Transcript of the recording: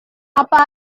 apa